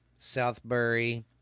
Southbury